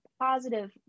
positive